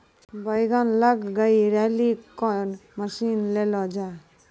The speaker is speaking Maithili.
बैंगन लग गई रैली कौन मसीन ले लो जाए?